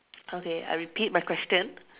okay I repeat my question